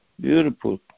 beautiful